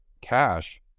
cash